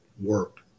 work